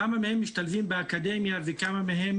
כמה מהם